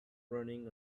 running